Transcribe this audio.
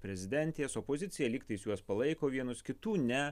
prezidentės opozicija lyg tais juos palaiko vienus kitų ne